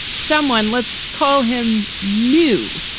someone let's call him new,